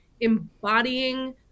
embodying